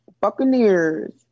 Buccaneers